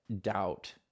doubt